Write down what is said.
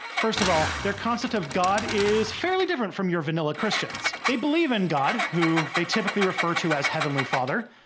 first of all, their concept of god is fairly different from your vanilla christians. they believe in god, who they typically refer to as heavenly father.